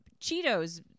Cheetos